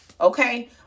okay